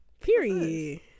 Period